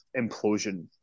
implosion